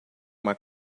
uma